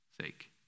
sake